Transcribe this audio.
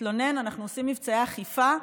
אנחנו עושים מבצעי אכיפה.